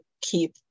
keep